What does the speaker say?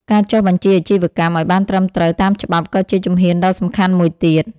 ការចុះបញ្ជីអាជីវកម្ម ឱ្យបានត្រឹមត្រូវតាមច្បាប់ក៏ជាជំហានដ៏សំខាន់មួយទៀត។